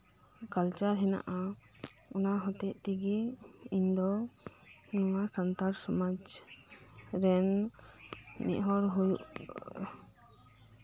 culture ᱦᱮᱱᱟᱜ ᱟ ᱚᱱᱟᱦᱚᱛᱮᱫ ᱛᱮᱜᱮ ᱤᱧᱫᱚ ᱱᱚᱣᱟ ᱥᱟᱱᱛᱟᱲ ᱥᱚᱢᱟᱡᱨᱮᱱ ᱢᱤᱫᱦᱚᱲ ᱦᱩᱭᱩᱜ